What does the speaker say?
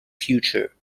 future